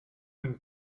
and